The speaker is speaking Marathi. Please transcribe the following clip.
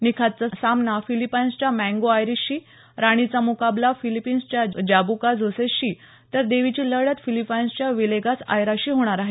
निखातचा सामना फिलिपाईन्सच्या मँगो आयरिशशी राणीचा मुकाबला फिलिपिन्सच्या जॅब्को जोसेशी तर देवीची लढत फिलिपाईन्सच्याच विलेगास आयराशी होणार आहे